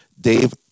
Dave